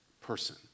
person